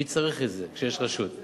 מי צריך את זה כשיש רשות?